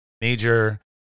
major